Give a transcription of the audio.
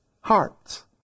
hearts